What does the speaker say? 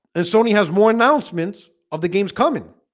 and sony has more announcements of the games coming